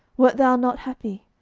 wert thou not happy?